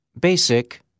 basic